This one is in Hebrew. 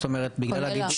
זאת אומרת בגלל הגידול.